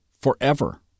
forever